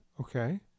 Okay